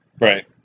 right